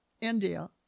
India